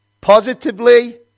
positively